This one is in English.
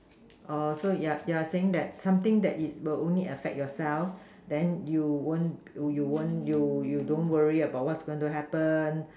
oh so you're you're saying that something that it will only affect yourself then you won't you won't you you don't worry about what's going to happen